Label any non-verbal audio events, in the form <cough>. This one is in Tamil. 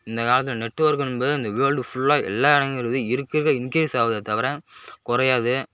இந்த காலத்தில் நெட்வொர்க் என்பது இந்த வேர்ல்டு ஃபுல்லாக எல்லா இடங்க <unintelligible> இருக்கருக்க இங்கிரீஸ் ஆகுதே தவிர குறையாது